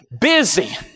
busy